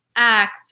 act